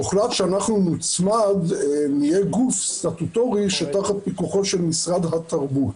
הוחלט שאנחנו נהיה גוף סטטוטורי תחת פיקוחו של משרד התרבות.